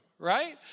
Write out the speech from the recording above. right